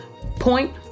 Point